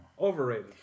Overrated